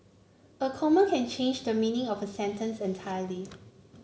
a comma can change the meaning of a sentence entirely